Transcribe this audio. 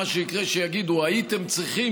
מה שיקרה הוא שיגידו: הייתם צריכים